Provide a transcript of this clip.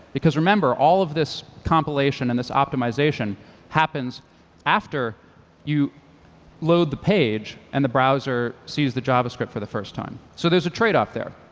because remember, all of this compilation and this optimization happens after you load the page and the browser sees the javascript for the first time. so there's a trade off there.